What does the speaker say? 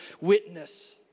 witness